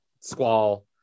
squall